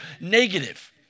negative